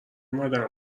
اومدن